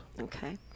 Okay